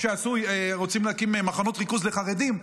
רוצים להקים מחנות ריכוז לחרדים.